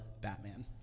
Batman